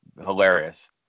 hilarious